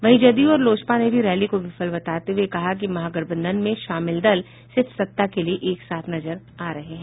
वहीं जदयू और लोजपा ने भी रैली को विफल बताते हुए कहा कि महागठबंधन में शामिल दल सिर्फ सत्ता के लिए एक साथ नजर आ रहे हैं